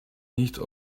nicht